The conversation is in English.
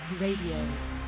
Radio